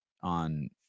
on –